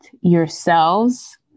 yourselves